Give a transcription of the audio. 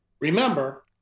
Remember